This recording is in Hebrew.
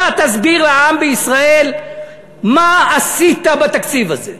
אתה תסביר לעם בישראל מה עשית בתקציב הזה,